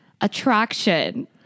attraction